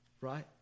Right